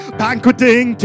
banqueting